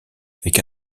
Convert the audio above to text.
avec